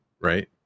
right